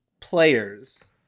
players